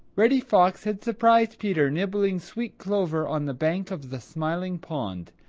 reddy fox had surprised peter nibbling sweet clover on the bank of the smiling pond,